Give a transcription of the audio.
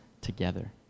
together